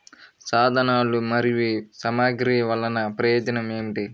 సాధనాలు మరియు సామగ్రి వల్లన ప్రయోజనం ఏమిటీ?